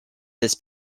this